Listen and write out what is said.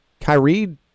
Kyrie